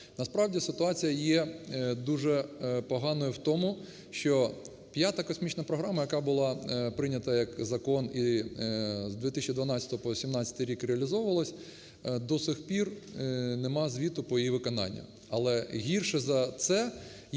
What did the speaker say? Насправді ситуація є дуже поганою в тому, що П'ята космічна програма, яка була прийнята як закон, і з 2012 по 18-й рік реалізовувалась до сих пір нема звіту по її виконанню. Але гірше за це